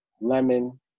lemon